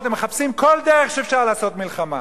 הם מחפשים כל דרך שאפשר לעשות מלחמה.